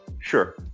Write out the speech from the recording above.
Sure